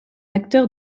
acteur